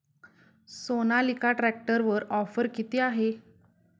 सोनालिका ट्रॅक्टरवर ऑफर किती आहे?